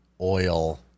oil